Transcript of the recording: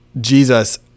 Jesus